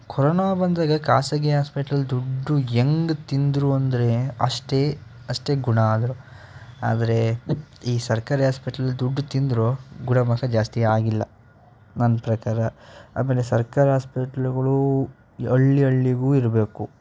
corona ಬಂದಾಗ ಖಾಸಗಿ ಹಾಸ್ಪಿಟ್ಲಲ್ಲಿ ದುಡ್ಡು ಹೆಂಗ್ ತಿಂದರು ಅಂದರೆ ಅಷ್ಟೇ ಅಷ್ಟೆ ಗುಣ ಆದರು ಆದರೆ ಈ ಸರ್ಕಾರಿ ಹಾಸ್ಪಿಟ್ಲಲ್ಲಿ ದುಡ್ಡು ತಿಂದರೂ ಗುಣಮುಖ ಜಾಸ್ತಿ ಆಗಿಲ್ಲ ನನ್ನ ಪ್ರಕಾರ ಆಮೇಲೆ ಸರ್ಕಾರಿ ಹಾಸ್ಪಿಟ್ಲುಗಳೂ ಹಳ್ಳಿ ಹಳ್ಳಿಗೂ ಇರಬೇಕು